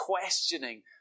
questioning